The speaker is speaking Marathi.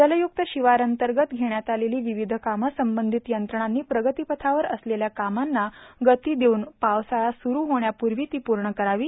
जलय्क्त शिवार अंतर्गत घेण्यात आलेली विविध कामे संबधित यंत्रणानी प्रगतीपथावर असलेल्या कामांना गती देऊन पावसाळा स्रु होण्याप्र्वी ती प्र्ण करावी